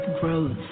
grows